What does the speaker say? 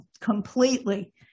completely